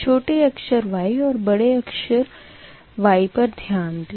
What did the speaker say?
छोटे अक्षर y ओर बड़े अक्षर Y पर ध्यान दें